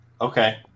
Okay